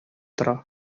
тора